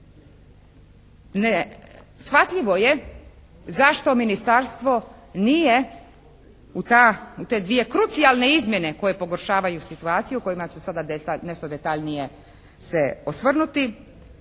Neshvatljivo je zašto ministarstvo nije u ta, u te dvije krucijalne izmjene koje pogoršavaju situaciju, o kojima ću sada nešto detaljnije se osvrnuti,